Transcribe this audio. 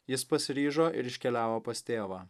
jis pasiryžo ir iškeliavo pas tėvą